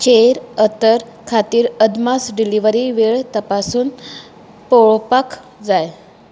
चेर अत्तर खातीर अदमास डिलिव्हरी वेळ तपासून पळोवपाक जाय